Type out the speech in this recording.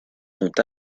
sont